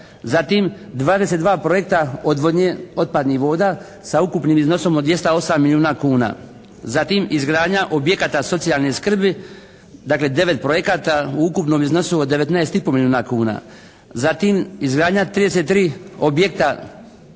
Zatim 22 projekta odvodnje otpadnih voda sa ukupnim iznosom od 208 milijuna kuna. Zatim izgradnja objekata socijalne skrbi, dakle 9 projekata u ukupnom iznosu od 19,5 milijuna kuna. Zatim izgradnja 33 objekta